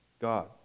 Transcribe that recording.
God